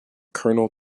kernel